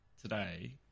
today